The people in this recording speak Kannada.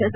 ಎಸ್